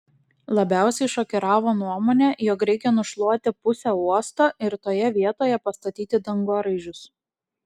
labiausiai šokiravo nuomonė jog reikia nušluoti pusę uosto ir toje vietoje pastatyti dangoraižius